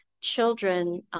children